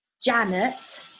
Janet